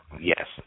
yes